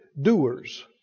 doers